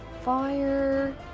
fire